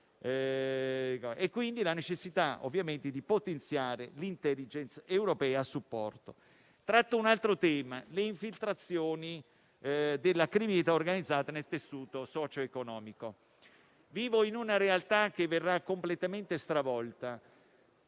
considerando la necessità di potenziare l'*intelligence* europea a supporto. Tratto un altro tema: le infiltrazioni della criminalità organizzata nel tessuto socio-economico. Io vivo in una realtà che verrà completamente stravolta